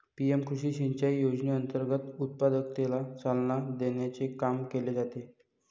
PM कृषी सिंचाई योजनेअंतर्गत उत्पादकतेला चालना देण्याचे काम केले जाते